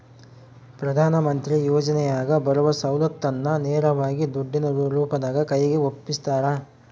ಪ್ರಧಾನ ಮಂತ್ರಿ ಯೋಜನೆಯಾಗ ಬರುವ ಸೌಲತ್ತನ್ನ ನೇರವಾಗಿ ದುಡ್ಡಿನ ರೂಪದಾಗ ಕೈಗೆ ಒಪ್ಪಿಸ್ತಾರ?